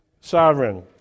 sovereign